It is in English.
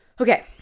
Okay